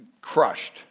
crushed